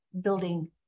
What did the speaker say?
building